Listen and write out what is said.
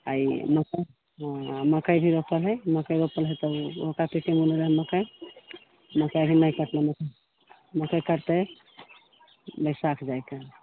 आ ई मकै मकै भी रोपै है मकै रोपै है तब ओहो कातिकमे देने रहै मकै मकै अभी नहि कटलै मकै कटतै बैशाख जाइ कऽ